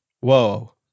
whoa